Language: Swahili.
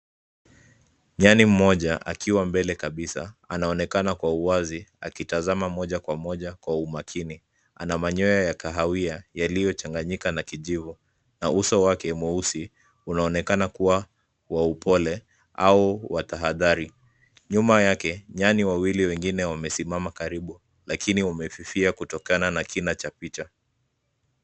Nyani mmoja akiwa mbele kabisa anaonekana kwa uwazi akitazama moja kwa moja kwa umakini. Ana manyoya ya kahawia yaliyochanganyika na kijivu. Na uso wake wa mweusi unaonekana kuwa wa upole au wa tahadhari. Nyuma yake nyani wawili wengine wamesimama karibu lakini wamefifia kutokana na kina cha picha.